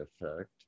effect